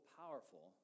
powerful